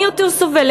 מי יותר סובל,